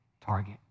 target